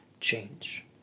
change